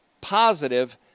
positive